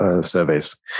Surveys